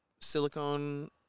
silicone